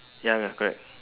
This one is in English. ya ya correct